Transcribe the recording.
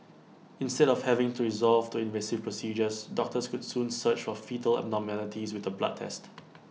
instead of having to resort to invasive procedures doctors could soon search for foetal abnormalities with A blood test